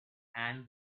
and